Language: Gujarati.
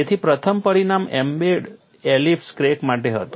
તેથી પ્રથમ પરિણામ એમ્બેડ એલિપ્સ ક્રેક માટે હતું